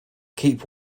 keep